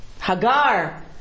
Hagar